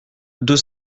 deux